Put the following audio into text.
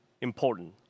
important